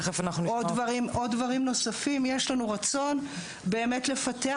יש לנו רצון באמת לפתח